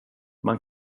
man